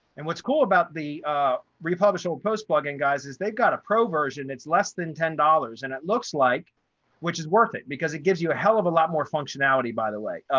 and what's cool about the republish old post plugin guys is they've got a pro version, it's less than ten dollars. and it looks like which is worth it because it gives you a hell of a lot more functionality, by the way,